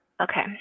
Okay